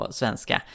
svenska